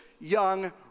young